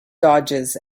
dodges